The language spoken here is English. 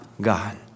God